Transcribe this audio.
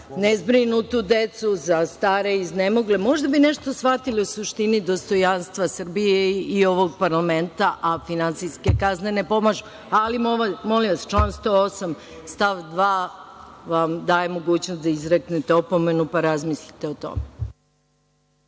nezbrinutu decu, za stare i iznemogle. Možda bi i nešto shvatili o suštini dostojanstva Srbije i ovog parlamenta, a finansijske kazne ne pomažu. Ali, molim vas, član 108. stav 2. vam daje mogućnost da izreknete opomenu, pa razmislite o tome.